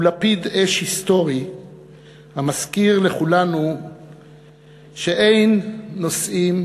הוא לפיד אש היסטורי המזכיר לכולנו שאין נושאים